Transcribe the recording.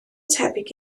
tebyg